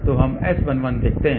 तो हम S11 देखते हैं